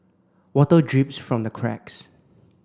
water drips from the cracks